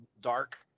Dark